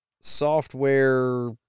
software